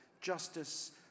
justice